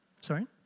Sorry